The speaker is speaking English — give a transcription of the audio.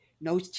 No